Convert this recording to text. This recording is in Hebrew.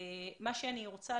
אני רוצה